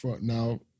Now